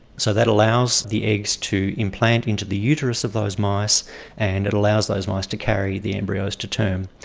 so that allows the eggs to implant into the uterus of those mice and it allows those mice to carry the embryos to term.